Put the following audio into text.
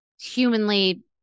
humanly